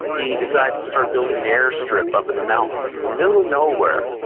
he decides to start building an airstrip up in the mountains in the middle of nowhere.